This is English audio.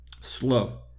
slow